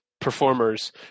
performers